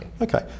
Okay